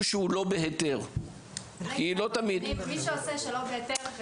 שהוא לא בהיתר --- מי שעושה שלא בהיתר,